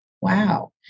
wow